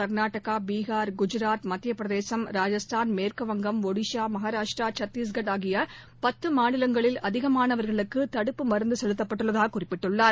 கர்நாடகா பீகார் குஜராத் மத்தியபிரதேசம் ராஜஸ்தான் மேற்குவங்கம் மகாராஷ்டரா சத்தீஷ்கர் ஆகியபத்துமாநிலங்களில் அதிகமானவர்களுக்குதடுப்பு மருந்தசெலுத்தப்பட்டுள்ளதாககுறிப்பிட்டார்